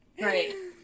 Right